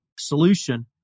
solution